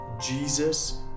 Jesus